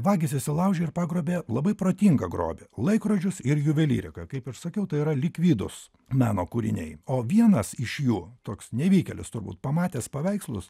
vagys įsilaužė ir pagrobė labai protingą grobį laikrodžius ir juvelyriką kaip ir sakiau tai yra likvidūs meno kūriniai o vienas iš jų toks nevykėlis turbūt pamatęs paveikslus